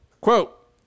Quote